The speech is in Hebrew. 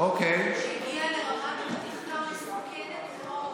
שהגיעה לרמת אכיפה מסוכנת מאוד.